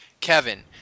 Kevin